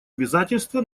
обязательства